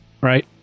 right